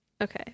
Okay